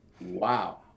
Wow